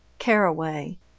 caraway